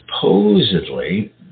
supposedly